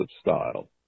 style